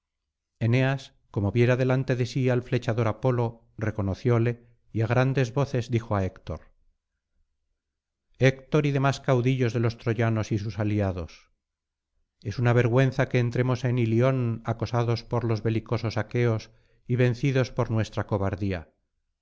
eneas como viera delante de sí al flechador apolo reconocióle y á grandes voces dijo á héctor héctor y demás caudillos de los troyanos y sus aliados es una vergüenza que entremos en ilion acosados por los belicosos aqueos y vencidos por nuestra cobardía